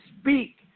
speak